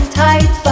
tight